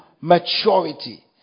maturity